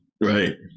right